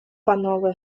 панове